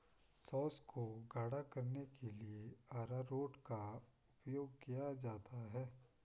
sauce को गाढ़ा करने के लिए अरारोट का उपयोग किया जाता है